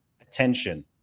attention